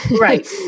Right